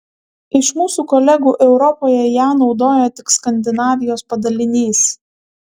iš mūsų kolegų europoje ją naudoja tik skandinavijos padalinys